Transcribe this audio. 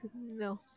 no